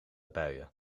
buien